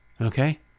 Okay